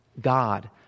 God